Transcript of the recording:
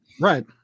Right